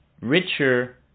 richer